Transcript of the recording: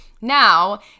Now